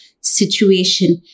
situation